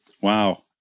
Wow